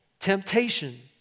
temptation